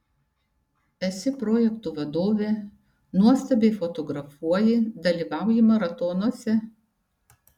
esi projektų vadovė nuostabiai fotografuoji dalyvauji maratonuose